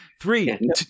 three